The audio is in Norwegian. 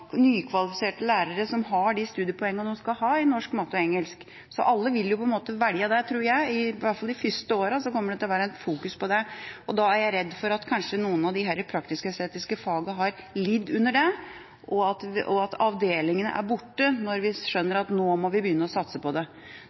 nykvalifiserte lærere som har de studiepoengene de skal ha i norsk, matte og engelsk, så alle vil jo velge det, tror jeg. Iallfall de første årene kommer det til å være fokus på det, og da er jeg redd for at kanskje noen av disse praktisk-estetiske fagene har lidd under det, og at avdelingene er borte når vi skjønner at nå må vi begynne å satse på det.